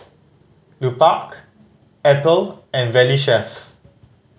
Lupark Apple and Valley Chef